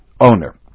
owner